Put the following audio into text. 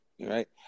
Right